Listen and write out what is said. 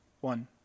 One